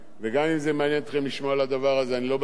הזה אני לא בטוח שאני יכול להשמיע לגביו.